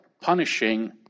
punishing